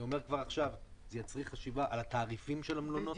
אני אומר כבר עכשיו שזה יצריך חשיבה על התעריפים של המלונות,